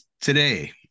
today